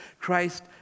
Christ